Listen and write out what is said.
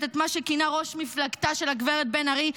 את מה שכינה ראש מפלגתה של הגברת בן ארי: